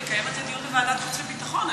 לקיים על זה דיון בוועדת החוץ והביטחון.